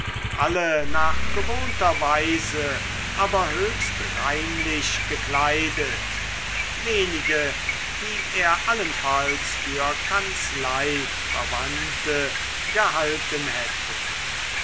alle nach gewohnter weise aber höchst reinlich gekleidet wenige die er allenfalls für kanzleiverwandte gehalten hätte